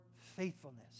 faithfulness